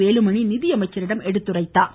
வேலுமணி நிதியமைச்சரிடம் எடுத்துரைத்தார்